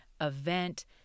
event